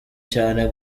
cyane